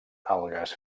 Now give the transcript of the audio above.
algues